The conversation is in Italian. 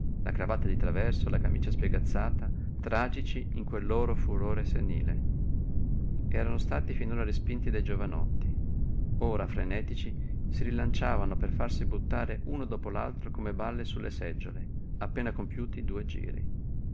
la cravatta di traverso la camicia spiegazzata tragici in quel loro furore senile erano stati finora respinti dai giovanotti ora frenetici si rilanciavano per farsi buttare uno dopo l'altro come balle su le seggiole appena compiuti due giri